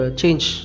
change